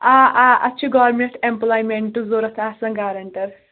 آ آ اَتھ چھُ گورمینٹ ایمپُلایمینٹ ضروٗرت آسان گارَنٹر